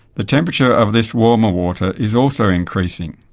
the temperature of this warmer water is also increasing.